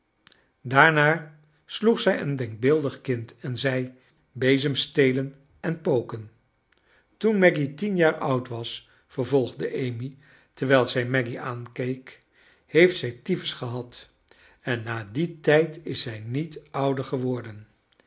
daarna sloeg zij een denkbeeldig kind en zei bezemstelen en poken toen maggy tien jaar oud was vervolgde amy terwijl zij maggy aankeek heeft zij typhus gehad en na dien tijd is zij niet ouder geworden